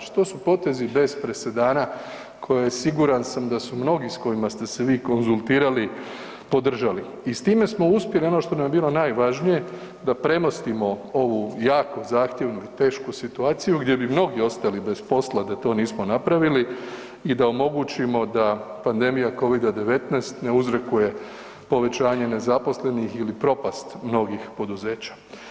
Dakle, to su potezi bez presedana koje siguran sam da su mnogi s kojima ste se vi konzultirali podržali i s time smo uspjeli ono što nam je bilo najvažnije da premostimo ovu jako zahtjevnu i tešku situaciju gdje bi mnogi ostali bez posla da to nismo napravili i da omogućimo da pandemija covida-19 ne uzrokuje povećanje nezaposlenih ili propast mnogih poduzeća.